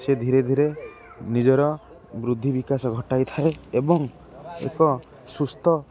ସେ ଧୀରେ ଧୀରେ ନିଜର ବୃଦ୍ଧିବିକାଶ ଘଟାଇଥାଏ ଏବଂ ଏକ ସୁସ୍ଥ